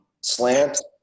slant